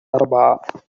أربعة